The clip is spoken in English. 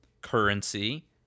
currency